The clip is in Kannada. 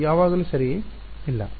ವಿದ್ಯಾರ್ಥಿ ಇಲ್ಲ